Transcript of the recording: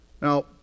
Now